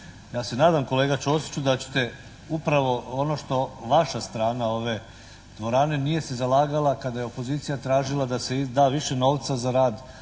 Ja se nadam kolega Ćosiću da ćete upravo ono što vaša strana ove dvorane nije se zalagala kada je opozicija tražila da se da više novca za rad